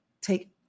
Take